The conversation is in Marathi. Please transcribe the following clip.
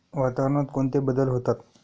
वातावरणात कोणते बदल होतात?